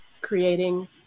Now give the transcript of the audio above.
creating